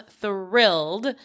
thrilled